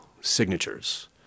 signatures